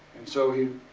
so he,